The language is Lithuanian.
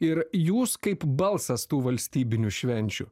ir jūs kaip balsas tų valstybinių švenčių